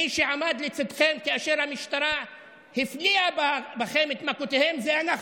מי שעמד לצידכם כאשר המשטרה הפליאה בכם את מכותיה זה אנחנו.